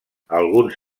alguns